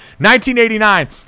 1989